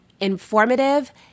informative